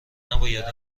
نباید